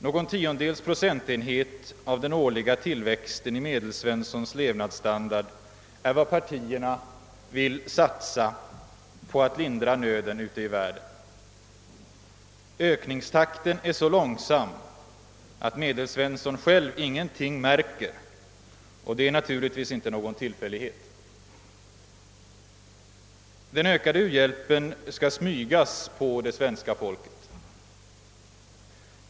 Någon tiondels procentenhet av den årliga tillväxten av Medelsvenssons levnadsstandard är vad partierna vill satsa på för att lindra nöden ute i världen. Ökningstakten är så långsam att Medelsvensson själv ingenting märker och det är naturligtvis inte någon tillfällighet. Den ökade uhjälpen skall smygas på det svenska folket.